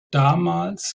damals